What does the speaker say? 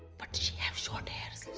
but she have short hairs.